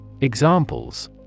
Examples